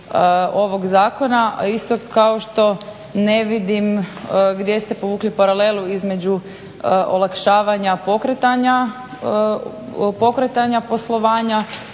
ovog zakona. A isto kao što ne vidim gdje ste povukli paralelu između olakšavanja pokretanja poslovanja